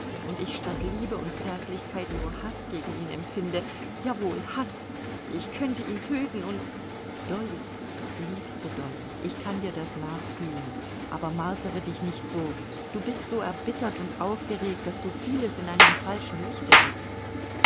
und ich statt liebe und zärtlichkeit nur haß gegen ihn empfinde jawohl haß ich könnte ihn töten und dolly liebste dolly ich kann dir das nachfühlen aber martere dich nicht so du bist so erbittert und aufgeregt daß du vieles in einem falschen lichte siehst